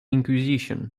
inquisition